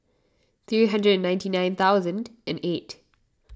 three hundred and ninety nine thousand and eight